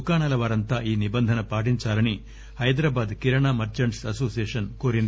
దుకాణాల వారంతా ఈ నిబంధన పాటించాలని హైదరాబాద్ కిరాణా మర్సంట్ అనోసియేషన్ కోరింది